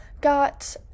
got